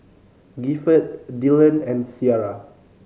Gifford Dillan and Ciarra